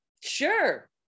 sure